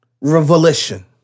revolution